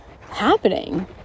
happening